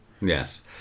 Yes